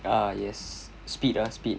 uh yes speed ah speed